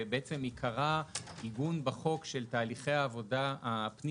שבעצם עיקרה עיגון בחוק של תהליכי העבודה הפנים